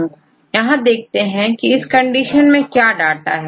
का यहां देखते हैं कि इस कंडीशन में क्या डाटा है